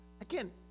Again